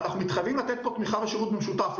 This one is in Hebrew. ואנחנו מתחייבים לתת פה תמיכה ושירות במשותף.